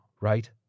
right